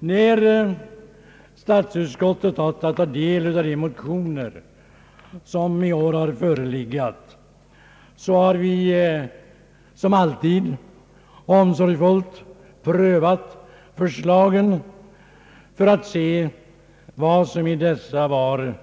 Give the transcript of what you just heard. När vi inom statsutskottet haft att ta del av de motioner som i år förelegat, har vi som alltid omsorgsfullt prövat förslagen för att se vad som i dessa var